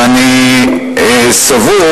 ואני סבור